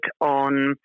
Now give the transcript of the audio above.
on